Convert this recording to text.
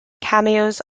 cameos